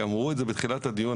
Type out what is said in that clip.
אמרו את זה בתחילת הדיון,